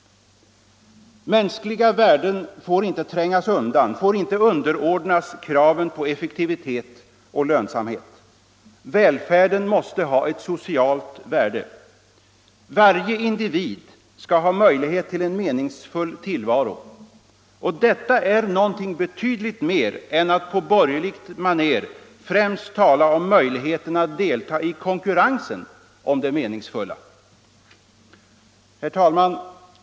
Mänskliga värden får inte trängas undan, får inte underordnas kraven på effektivitet och lönsamhet. Välfärden måste ha ett socialt värde. Varje individ skall ha möjlighet till en meningsfull tillvaro — och detta är någonting betydligt mer än att på borgerligt maner främst tala om möjligheten att delta i konkurrensen om det meningsfulla. Herr talman!